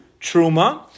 truma